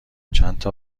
چندتا